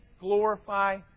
Glorify